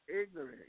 ignorant